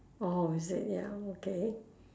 orh is it ya okay